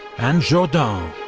and jourdan.